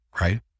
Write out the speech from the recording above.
right